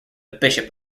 bishop